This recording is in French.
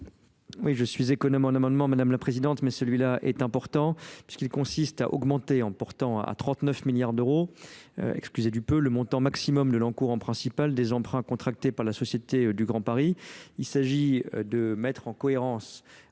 treize je suis économe en amendement madame la présidente mais celui important puisqu'il consiste à augmenter en portant à trente neuf milliards d'euros excusez du peu le montant maximum de l'encours en principal des emprunts contractés par la société du grand paris il s'agit de mettre en cohérence